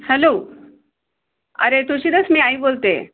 hello अरे तुळशीदास मी आई बोलते आहे